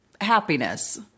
happiness